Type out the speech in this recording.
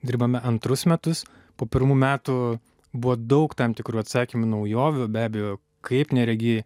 dirbame antrus metus po pirmų metų buvo daug tam tikrų atsakyme naujovių be abejo kaip neregiai